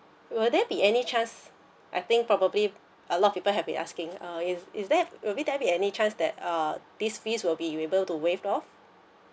will there be any chance I think probably a lot people have been asking uh is is there will there be any chance that err these fees will be able to waived off